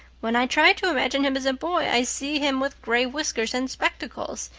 when i try to imagine him as a boy i see him with gray whiskers and spectacles,